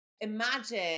imagine